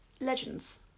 Legends